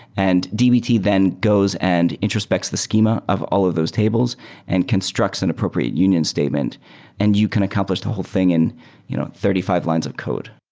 and dbt then goes and introspects the schema of all of those tables and constructs an appropriate union statement and you can accomplish the whole thing in you know thirty five lines of code.